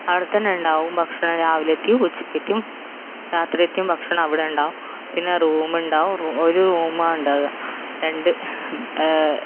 അവിടെ തന്നെ ഉണ്ടാവും ഭക്ഷണം രാവിലത്തെയും ഉച്ചക്കത്തെയും രാത്രിയത്തെയും ഭക്ഷണം അവിടെ ഉണ്ടാവും പിന്നെ റൂം ഉണ്ടാവും ഒരു റൂമാണ് ഉണ്ടാവുക രണ്ട്